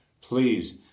Please